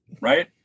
right